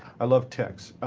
i love ticks.